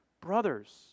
Brothers